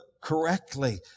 correctly